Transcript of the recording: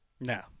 No